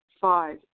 Five